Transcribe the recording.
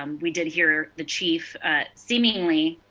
and we did hear the chief seemingly